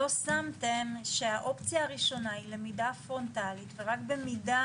לא שמתם שהאופציה הראשונה היא למידה פרונטלית ורק במידה